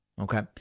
Okay